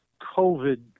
COVID